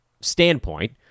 standpoint